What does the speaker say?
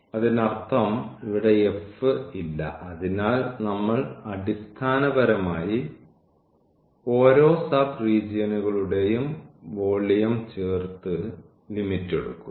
അതിനർത്ഥം ഇവിടെ എഫ് ഇല്ല അതിനാൽ നമ്മൾ അടിസ്ഥാനപരമായി ഓരോ സബ് റീജിയനുകളുടെയും വോളിയം ചേർത്ത് ലിമിറ്റ് എടുക്കുന്നു